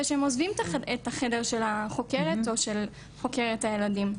שהם עוזבים את החדר של החוקר או חוקרת הילדים,